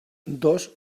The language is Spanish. dos